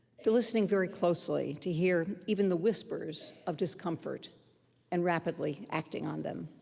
to listening very closely to hear even the whispers of discomfort and rapidly acting on them.